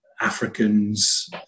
Africans